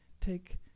take